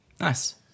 Nice